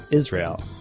israel